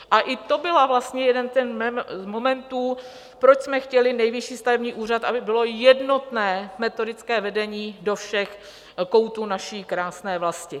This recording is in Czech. A i to byl jeden z těch momentů, proč jsme chtěli Nejvyšší stavební úřad, aby bylo jednotné metodické vedení do všech koutů naší krásné vlasti.